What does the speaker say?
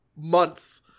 months